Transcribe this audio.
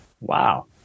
wow